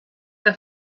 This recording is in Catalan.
que